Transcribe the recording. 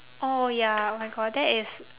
oh ya oh my god that is